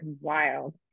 wild